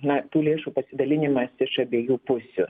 na tų lėšų pasidalinimas iš abiejų pusių